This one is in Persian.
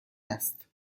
است